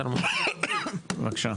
בבקשה.